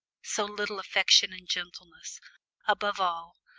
so little affection and gentleness above all,